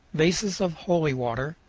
vases of holy water,